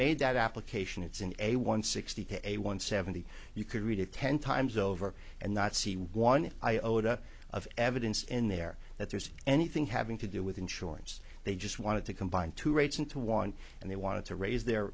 made that application it's in a one hundred sixty a one seventy you could read it ten times over and not see one iota of evidence in there that there's anything having to do with insurance they just wanted to combine two rates into one and they wanted to raise their